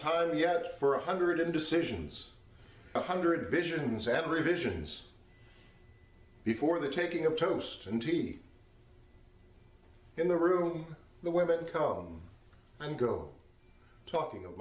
tire yet for a hundred indecisions one hundred visions at revisions before the taking of toast and tea in the room the women come and go talking of